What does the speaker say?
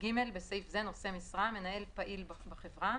הפוך,